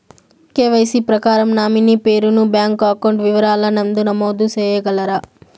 KYC ప్రకారం nominee పేరు ను బ్యాంకు అకౌంట్ వివరాల నందు నమోదు సేయగలరా?